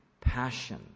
passion